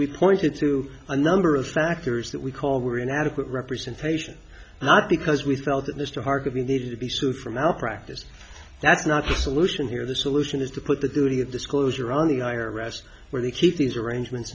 we pointed to a number of factors that we called were inadequate representation not because we felt that mr harvey needed to be sued for malpractise that's not the solution here the solution is to put the duty of disclosure on the i r s where they keep these arrangements